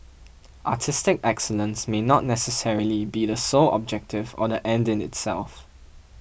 artistic excellence may not necessarily be the sole objective or the end in itself